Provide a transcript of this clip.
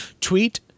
tweet